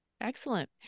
Excellent